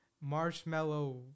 marshmallow